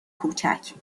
کوچک